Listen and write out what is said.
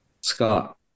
Scott